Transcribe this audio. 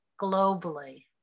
globally